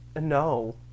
no